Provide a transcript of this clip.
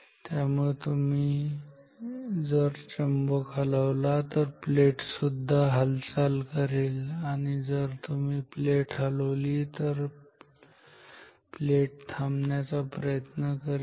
त्यामुळे जर तुम्ही चुंबक हलवला तर प्लेट सुद्धा हालचाल करेल जर तुम्ही प्लेट हलवली तर प्लेट थांबवण्याचा प्रयत्न करेल